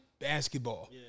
Basketball